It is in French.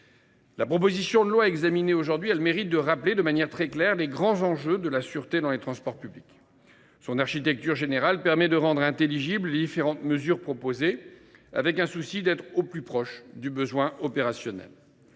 proposition de loi a le mérite de rappeler de manière très claire les grands enjeux de la sûreté dans les transports publics. Son architecture générale permet de rendre intelligibles les différentes mesures proposées, dans le souci d’être au plus proche du besoin opérationnel.